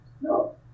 No